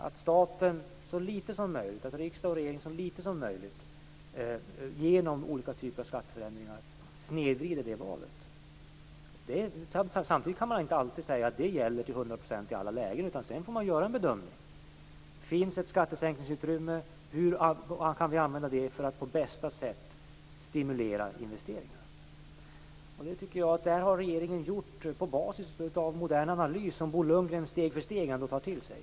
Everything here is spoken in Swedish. Det är bra att staten, riksdag och regering, så litet som möjligt genom olika typer av skatteförändringar snedvrider det valet. Samtidigt kan man inte säga att det gäller till 100 % i alla lägen. Man får göra en bedömning. Finns det ett skattesänkningsutrymme? Hur kan vi använda det för att på bästa sätt stimulera investeringarna. Det tycker jag att regeringen har gjort på basis av modern analys, som Bo Lundgren steg för steg ändå tar till sig.